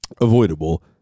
avoidable